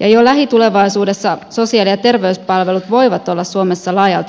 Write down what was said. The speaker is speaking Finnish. ja jo lähitulevaisuudessa sosiaali ja terveyspalvelut voivat olla suomessa laajalti suuryritysten hallussa